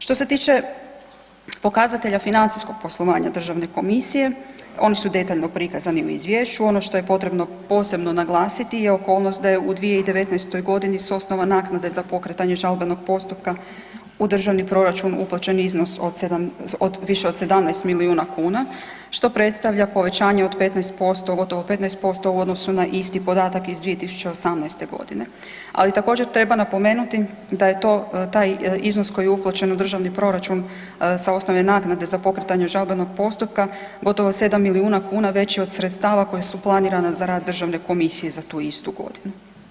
Što se tiče pokazatelja financijskog poslovanja Državne komisije, oni su detaljno prikazani u izvješću, ono što je potrebno posebno naglasiti je okolnost da je u 2019. g. s osnova naknade za pokretanje žalbenog postupka u državni proračun uplaćen iznos od više od 17 milijuna kn, što predstavlja povećanje od 15%, gotovo 15% u odnosu na isti podataka iz 2018. g., ali također treba napomenuti da je to taj iznos koji je uplaćen u državni proračun sa osnove naknade za pokretanje žalbenog postupka gotovo 7 milijuna kn veći od sredstava koja su planirana za rad Državne komisije za tu istu godinu.